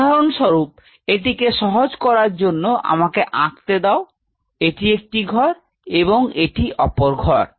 উদাহরণস্বরূপ এটিকে সহজ করার জন্য আমাকে আঁকতে দাও এটি একটি ঘর এবং এটি অপর ঘর